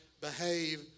Behave